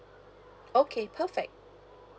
okay perfect